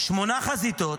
שמונה חזיתות,